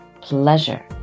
pleasure